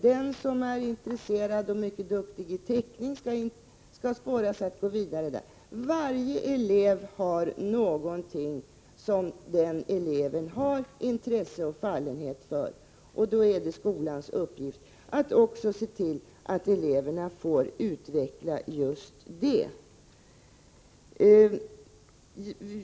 Den som är intresserad av och mycket duktig i teckning skall sporras att gå vidare där. Varje elev har intresse och fallenhet för någonting, och då är det skolans uppgift att också se till att eleverna får utveckla just det.